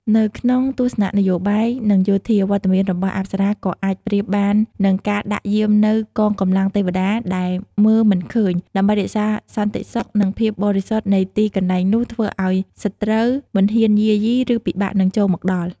នៅក្នុងទស្សនៈនយោបាយ និងយោធា វត្តមានរបស់អប្សរាក៏អាចប្រៀបបាននឹងការដាក់យាមនូវ កងកម្លាំងទេវតា ដែលមើលមិនឃើញ ដើម្បីរក្សាសន្តិសុខ និងភាពបរិសុទ្ធនៃទីកន្លែងនោះ ធ្វើឲ្យសត្រូវមិនហ៊ានយាយី ឬពិបាកនឹងចូលមកដល់។